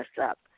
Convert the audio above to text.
up